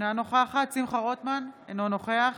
אינה נוכחת שמחה רוטמן, אינו נוכח